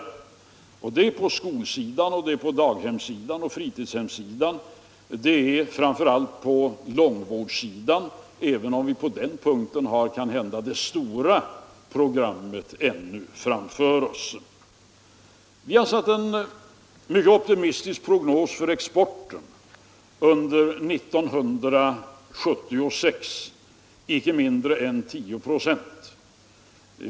Det har skett på skolsidan, på daghemssidan och fritidshemssidan och kanske framför allt på långvårdssidan, låt vara att vi på det området kanske fortfarande har det stora programmet framför oss. Vi har gjort en mycket optimistisk prognos för exporten under år 1976 och räknat med en ökning på inte mindre än 10 96.